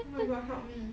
oh my god help me